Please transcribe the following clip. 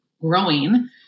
growing